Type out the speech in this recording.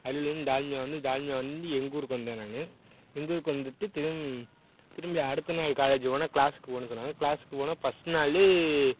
அரியலுரில் இருந்து தால்மியா வந்து தால்மியா வந்து எங்க ஊருக்கு வந்தேன் நான் எங்க ஊருக்கு வந்துட்டு திரும் திரும்பி அடுத்த நாள் காலேஜு போனால் கிளாஸ்சுக்கு போகணுன்னு சொன்னாங்க க்ளாஸ்சுக்கு போனால் பஸ்ட் நாள்